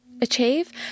achieve